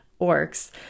orcs